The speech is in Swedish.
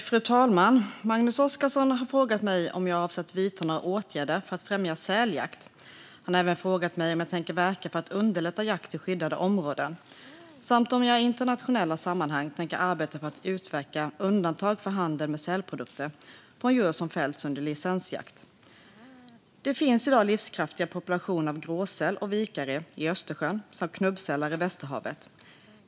Fru talman! Magnus Oscarsson har frågat mig om jag avser att vidta några åtgärder för att främja säljakt. Han har även frågat mig om jag tänker verka för att underlätta jakt i skyddade områden samt om jag i internationella sammanhang tänker arbeta för att utverka undantag för handel med sälprodukter från djur som fällts under licensjakt. Det finns i dag livskraftiga populationer av gråsäl och vikare i Östersjön samt knubbsälar i Västerhavet.